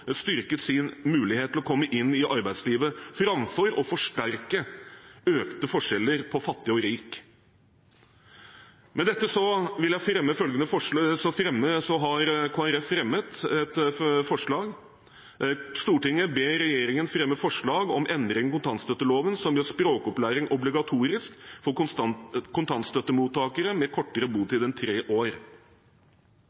styrket sin mulighet til å komme inn i arbeidslivet, framfor å forsterke økte forskjeller på fattig og rik. Med dette har Kristelig Folkeparti fremmet et forslag: «Stortinget ber regjeringen fremme forslag om endring i kontantstøtteloven som gjør språkopplæring obligatorisk for kontantstøttemottakere med kortere